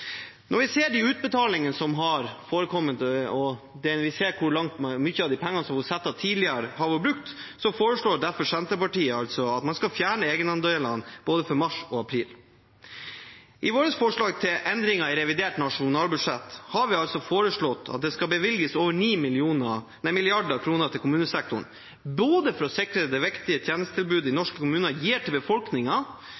Når vi ser de utbetalinger som har forekommet, og hvordan mye av pengene som var satt av tidligere, har vært brukt, foreslår Senterpartiet å fjerne egenandelene for både mars og april. I vårt forslag til endringer i revidert nasjonalbudsjett sier vi at det skal bevilges over 9 mrd. kr til kommunesektoren for å sikre det viktige tjenestetilbudet norske kommuner gir til befolkningen. Kommunene skal, som jeg var inne på, settes i